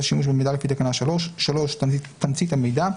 שימוש במידע לפי תקנה 3; (3)תמצית המידע,